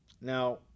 Now